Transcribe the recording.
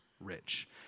rich